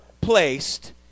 placed